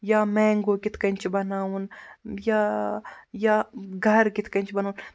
یا مینٛگو کِتھ کٔنۍ چھِ بَناوُن یا یا گَرٕ کِتھ کٔنۍ چھِ بَناوُن